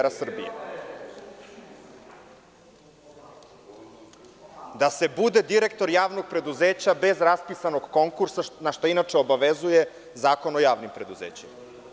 Da se bude direktor javnog preduzeća bez raspisanog konkursa našta inače obavezuje Zakon o javnim preduzećima.